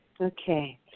Okay